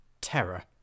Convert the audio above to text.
terror